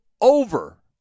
over